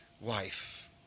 wife